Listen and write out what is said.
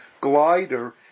glider